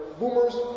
Boomers